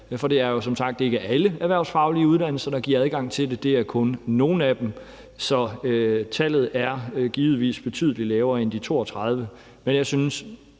for det er jo som sagt ikke alle erhvervsfaglige uddannelser, der giver adgang til det, men kun nogle af dem. Så tallet er givetvis betydelig lavere end de 32. Men jeg synes,